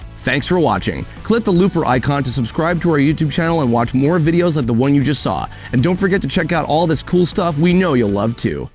thanks for watching! click the looper icon to subscribe to our youtube channel and watch more videos like the one you just saw. and don't forget to check out all this cool stuff we know you'll love, too!